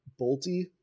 bolty